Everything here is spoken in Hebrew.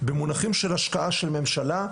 במונחים להשקעה של ממשלה,